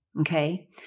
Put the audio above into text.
okay